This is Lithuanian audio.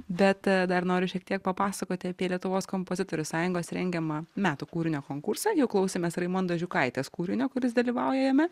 bet dar noriu šiek tiek papasakoti apie lietuvos kompozitorių sąjungos rengiamą metų kūrinio konkursą jau klausėmės raimondos žiūkaitės kūrinio kuris dalyvauja jame